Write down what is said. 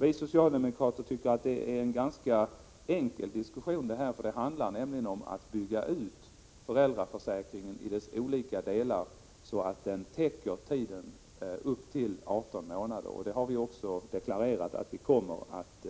Vi socialdemokrater tycker att det är ganska enkelt att föra diskussionen på den här punkten, eftersom det handlar om att bygga ut föräldraförsäkringen i dess olika delar så att den täcker tiden upp till 18 månader. Vi har också deklarerat att vi kommer att